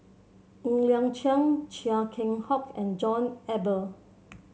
Ng Liang Chiang Chia Keng Hock and John Eber